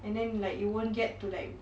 and then like you won't get to like